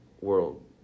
world